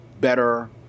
better